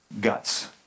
guts